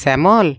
শ্যামল